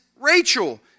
Rachel